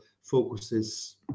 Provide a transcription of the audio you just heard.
focuses